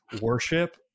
Worship